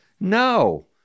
No